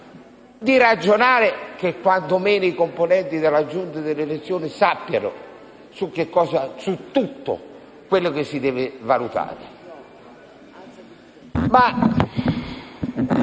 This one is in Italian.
di ragionare affinché quanto meno i componenti della Giunta delle elezioni sappiano tutto quello che si deve valutare.